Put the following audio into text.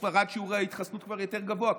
בספרד שיעור ההתחסנות כבר יותר גבוה.